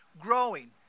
growing